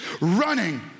running